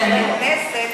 חברי הכנסת,